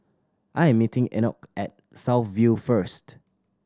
I'm meeting Enoch at South View first